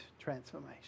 transformation